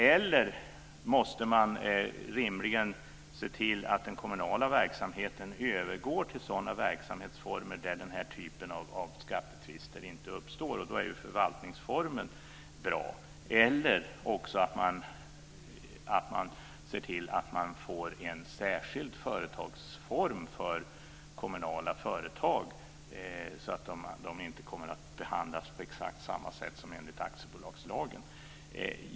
Alternativt måste man rimligen se till att den kommunala verksamheten övergår till sådana verksamhetsformer där den här typen av skattetvister inte uppstår, och då är ju förvaltningsformen bra, eller att man ser till att det blir en särskild företagsform för kommunala företag, så att de inte kommer att behandlas på exakt samma sätt som enligt aktiebolagslagen.